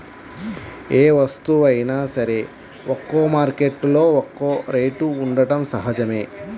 ఏ వస్తువైనా సరే ఒక్కో మార్కెట్టులో ఒక్కో రేటు ఉండటం సహజమే